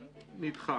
נדחה.